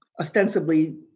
Ostensibly